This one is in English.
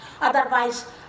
Otherwise